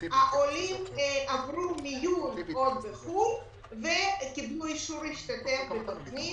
העולים עברו מיון עוד בחו"ל וקיבלו אישור להשתתף בתוכנית.